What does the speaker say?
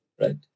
right